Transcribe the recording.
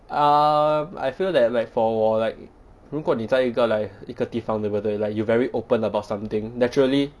um I feel that like for 我 like 如果你在一个 like 一个地方对不对 like you very open about something naturally